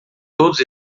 todos